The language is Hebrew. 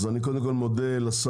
אז אני קודם כל מודה לשר